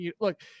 look